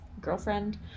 Girlfriend